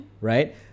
Right